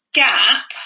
gap